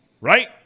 Right